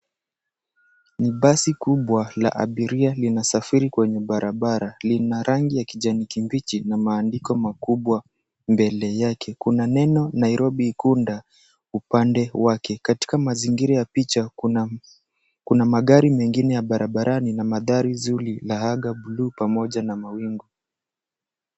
Ni basi kubwa la abiria linasafiri kwenye barabara. Lina rangi ya kijani kibichi na maandiko makubwa mbele yake. Kuna neno Nairobi, Ukunda upande wake. Katika mazingira ya picha kuna magari mengine ya barabarani na mandhari zuri la anga bluu pamoja na mawingu.